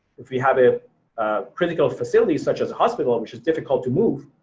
if we have a critical facility such as a hospital which is difficult to move,